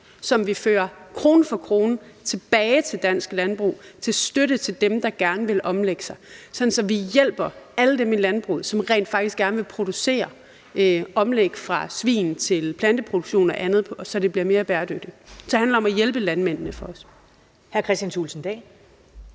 som vi krone for krone fører tilbage til dansk landbrug til støtte til dem, der gerne vil omlægge sig, sådan at vi hjælper alle dem i landbruget, som rent faktisk gerne vil producere, omlægge fra svineproduktion til planteproduktion og andet, så det bliver mere bæredygtigt. Så for os handler det om at hjælpe landmændene. Kl.